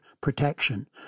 protection